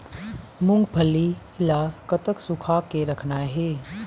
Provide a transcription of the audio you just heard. मूंगफली ला कतक सूखा के रखना हे?